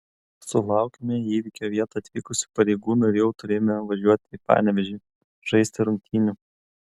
sulaukėme į įvykio vietą atvykusių pareigūnų ir jau turėjome važiuoti į panevėžį žaisti rungtynių